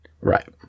Right